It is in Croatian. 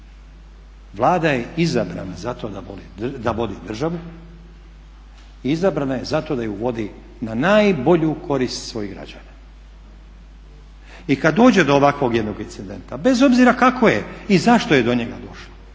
Vlada je izabrana zato da vodi državu i izabrana je zato da ju vodi na najbolju korist svojih građana. I kada dođe do ovakvog jednog incidenta bez obzira kako je i zašto je do njega došlo,